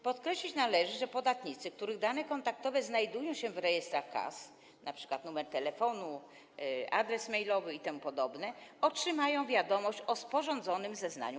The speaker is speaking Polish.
Podkreślić należy, że podatnicy, których dane kontaktowe znajdują się w rejestrach kas, np. numer telefonu, adres mailowy itp., otrzymają wiadomość o sporządzonym zeznaniu